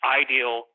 ideal